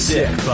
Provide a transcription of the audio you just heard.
Sick